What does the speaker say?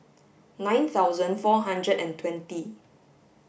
nine thousand four hundred and twenty